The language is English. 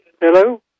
Hello